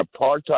apartheid